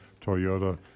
Toyota